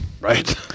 Right